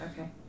Okay